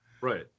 Right